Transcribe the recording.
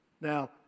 Now